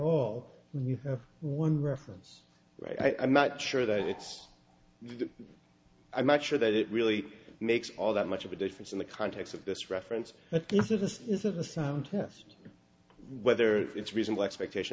when you have one reference right i'm not sure that it's i'm not sure that it really makes all that much of a difference in the context of this reference but this is this is a sound test whether it's reasonable expectation